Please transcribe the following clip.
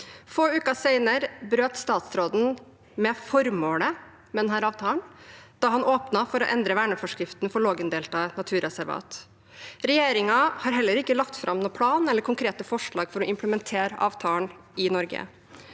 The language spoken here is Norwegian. Få uker senere brøt statsråden med dette formålet da han åpnet for å endre verneforskriften for Lågendeltaet naturreservat. Regjeringen har heller ikke lagt frem noen plan eller konkrete forslag for å implementere avtalen i Norge.